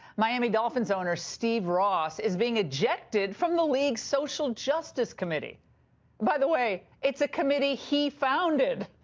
miami dolphins owner steve ross is being ejected from the league's social justice committee by the way, it's committee he founded.